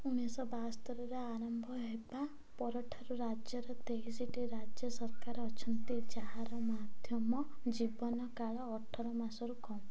ଉଣେଇଶ ବାସ୍ତୋରିରେ ଆରମ୍ଭ ହେବା ପରଠାରୁ ରାଜ୍ୟରେ ତେଇଶିଟି ରାଜ୍ୟ ସରକାର ଅଛନ୍ତି ଯାହାର ମଧ୍ୟମ ଜୀବନ କାଳ ଅଠର ମାସରୁ କମ୍